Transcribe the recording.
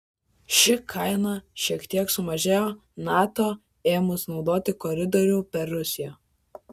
ši kaina šiek tiek sumažėjo nato ėmus naudoti koridorių per rusiją